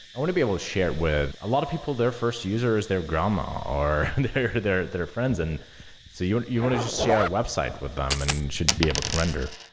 i want to be able to share it with a lot of people, their first user is their grandma or their their friends. and so you and you want to just share a website with them and should be able to render.